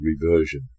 reversion